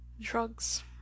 drugs